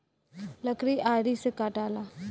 लकड़ी आरी से कटाला